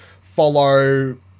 follow